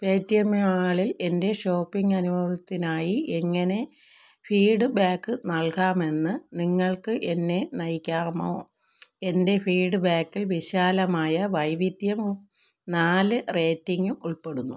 Paytm മാളിൽ എൻ്റെ shopping അനുഭവത്തിനായി എങ്ങനെ ഫീഡ്ബാക്ക് നൽകാമെന്ന് നിങ്ങൾക്ക് എന്നെ നയിക്കാമോ എൻ്റെ ഫീഡ്ബാക്കിൽ വിശാലമായ വൈവിധ്യവും നാല് റേറ്റിംഗും ഉൾപ്പെടുന്നു